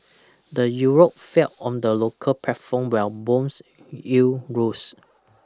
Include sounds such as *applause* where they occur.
*noise* the Euro fell on the local platform while bonds yield rose